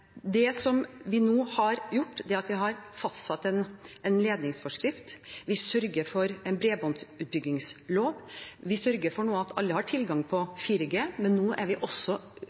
vi har gjort, er at vi har fastsatt en ledningsforskrift, og vi sørger for en bredbåndsutbyggingslov. Vi sørger nå for at alle har tilgang på 4G, men vi er også